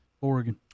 Oregon